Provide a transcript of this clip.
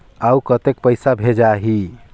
अउ कतेक पइसा भेजाही?